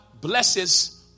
blesses